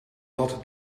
had